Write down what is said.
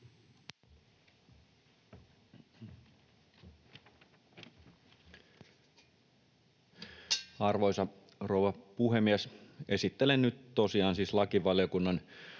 Arvoisa rouva puhemies! Esittelen nyt tosiaan siis lakivaliokunnan